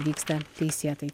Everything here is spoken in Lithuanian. vyksta teisėtai